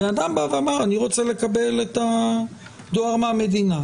הבן אדם בא ואמר שהוא רוצה לקבל את הדואר מהמדינה.